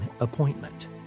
appointment